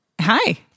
Hi